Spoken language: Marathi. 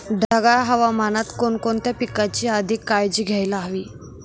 ढगाळ हवामानात कोणकोणत्या पिकांची अधिक काळजी घ्यायला हवी?